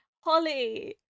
holly